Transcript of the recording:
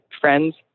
friends